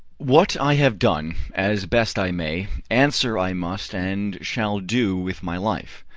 what i have done, as best i may, answer i must, and shall do with my life.